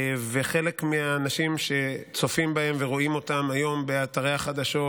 וחלק מהאנשים שצופים בהם רואים אותם היום באתרי החדשות,